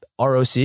ROC